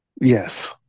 yes